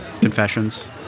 Confessions